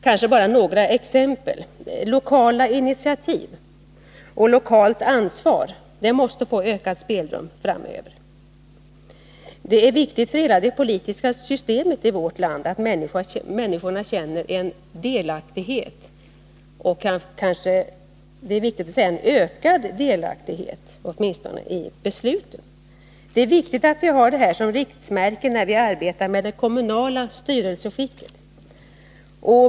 Låt mig ge några exempel: Lokala initiativ och lokalt ansvar måste få ökat spelrum framöver. Det är viktigt för hela det politiska systemet i vårt land att människorna känner ökad delaktighet i besluten. Det är viktigt att vi har detta som riktmärke när vi arbetar med det kommunala styrelseskicket.